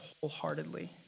wholeheartedly